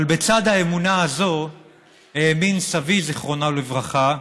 אבל בצד האמונה הזאת האמין סבי, זכרו לברכה,